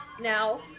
now